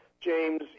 James